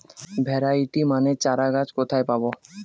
Variety মানের চারাগাছ কোথায় পাবো?